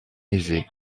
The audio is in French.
aisés